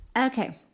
Okay